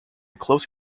close